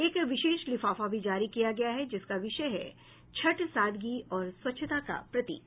एक विशेष लिफाफा भी जारी किया गया है जिसका विषय है छठ सादगी और स्वच्छता का प्रतीक